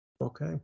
okay